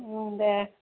उम दे